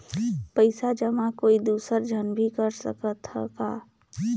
पइसा जमा कोई दुसर झन भी कर सकत त ह का?